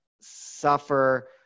suffer